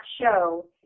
show